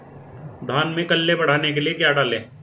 धान में कल्ले बढ़ाने के लिए क्या डालें?